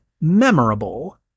memorable